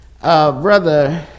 Brother